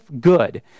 good